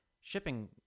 shipping